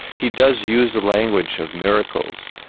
he does use the language of miracles,